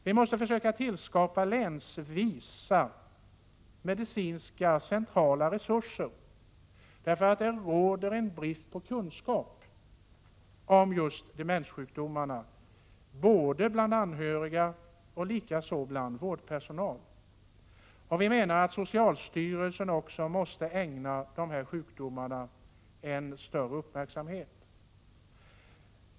Vi måste försöka tillskapa medicinska centrala resurser länsvis. Det råder nämligen brist på kunskap om just demenssjukdomarna både bland anhöriga och bland vårdpersonal. Socialstyrelsen måste också ägna dessa sjukdomar större uppmärksamhet.